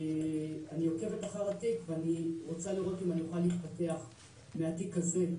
אני עוקבת אחרי התיק ואני רוצה לראות אם אני אוכל להתפתח מהתיק הזה,